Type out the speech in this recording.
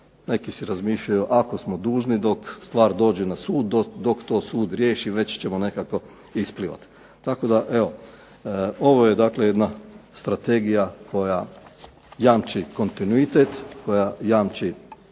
Neki si razmišljaju ako smo dužni dok stvar dođe na sud dok to sud riješi već ćemo nekako isplivati. Tako da evo, ovo je dakle jedna strategija koja jamči kontinuitet, koja jamči